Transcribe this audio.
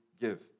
give